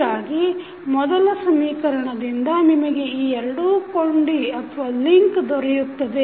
ಹೀಗಾಗಿ ಮೊದಲ ಸಮೀಕರಣದಿಂದ ನಿಮಗೆ ಈ ಎರಡೂ ಕೊಂಡಿ ದೊರೆಯುತ್ತವೆ